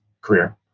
career